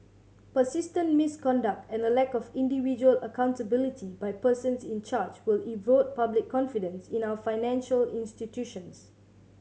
persistent misconduct and a lack of individual accountability by persons in charge will erode public confidence in our financial institutions